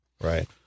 Right